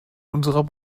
unserer